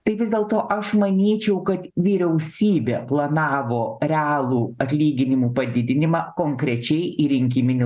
tai vis dėlto aš manyčiau kad vyriausybė planavo realų atlyginimų padidinimą konkrečiai į rinkiminį